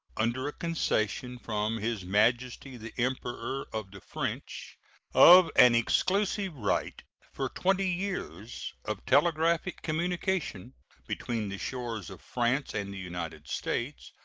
under a concession from his majesty the emperor of the french of an exclusive right for twenty years of telegraphic communication between the shores of france and the united states,